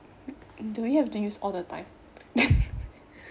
do we have to use all the time